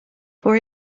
for